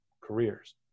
careers